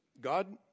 God